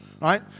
right